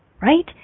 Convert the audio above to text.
Right